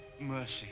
mercy